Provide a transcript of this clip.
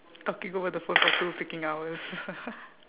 talking over the phone for two freaking hours